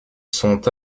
sont